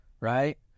right